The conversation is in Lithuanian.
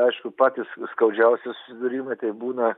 aišku patys skaudžiausi susidūrimai tai būna